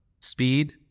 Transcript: speed